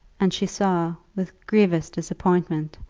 and she saw, with grievous disappointment,